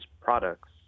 products